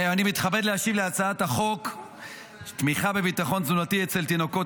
אני מתכבד להשיב על הצעת חוק תמיכה בביטחון תזונתי אצל תינוקות,